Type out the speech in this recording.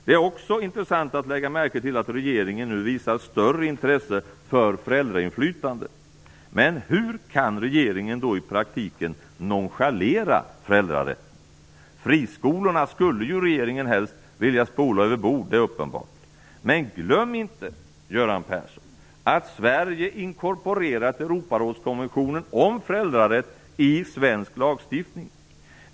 Det är också intressant att lägga märke till att regeringen nu visar större intresse för föräldrainflytande. Men hur kan regeringen då i praktiken nonchalera föräldrarätten? Friskolorna skulle regeringen helst vilja spola över bord - det är uppenbart. Men glöm inte, Göran Persson, att Sverige inkorporerat Europarådskonventionen om föräldrarätt i svensk lagstiftning.